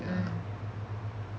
mm